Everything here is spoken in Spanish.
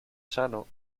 sano